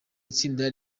itsinda